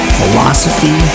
Philosophy